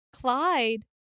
Clyde